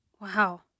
Wow